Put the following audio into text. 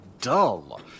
dull